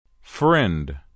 Friend